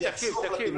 זה יחסוך לקמעונאים.